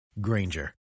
Granger